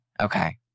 Okay